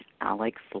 Alex